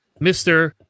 Mr